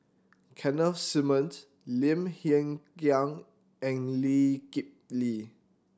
Keith Simmon Lim Hng Kiang and Lee Kip Lee